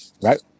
Right